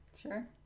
Sure